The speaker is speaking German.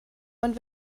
und